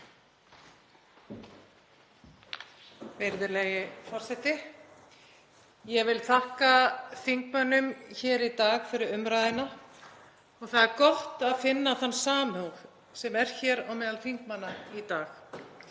Virðulegi forseti. Ég vil þakka þingmönnum hér í dag fyrir umræðuna. Það er gott að finna þann samhug sem er hér meðal þingmanna í dag.